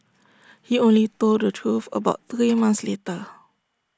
he only told the truth about three months later